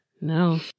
No